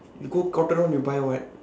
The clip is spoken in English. you go cotton on you buy what